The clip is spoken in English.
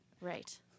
Right